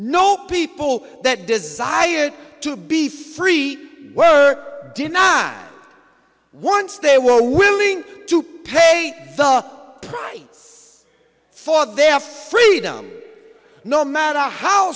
no people that desired to be free were denied once they were willing to pay the price for their freedom no matter how